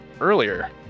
earlier